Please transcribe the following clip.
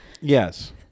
Yes